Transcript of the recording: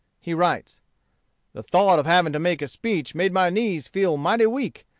he writes the thought of having to make a speech made my knees feel mighty weak,